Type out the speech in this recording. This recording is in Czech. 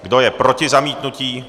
Kdo je proti zamítnutí?